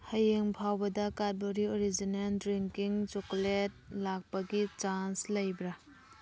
ꯍꯌꯦꯡ ꯐꯥꯎꯕꯗ Cadbury original drinking chocolate ꯂꯥꯛꯄꯒꯤ ꯆꯥꯟꯁ ꯂꯩꯕ꯭ꯔ